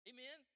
Amen